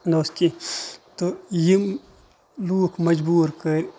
نہ اوس کیٚنٛہہ تہٕ یِم لوٗکھ مَجبوٗر کٔرۍ